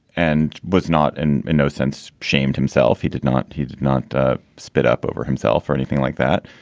and was not in no sense shamed himself. he did not. he did not ah spit up over himself or anything like that,